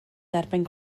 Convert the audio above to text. derbyn